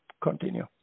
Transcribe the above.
continue